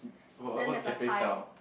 were what's cafe sell